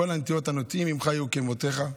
כל הנטיעות הנוטעין ממך יהיו כמותך.